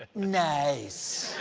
nice!